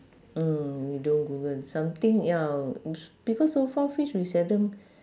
mm we don't google something ya because so far fish we seldom